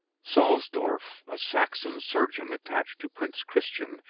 salsdorf, a saxon surgeon attached to prince christian,